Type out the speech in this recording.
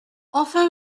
enfin